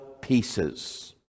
pieces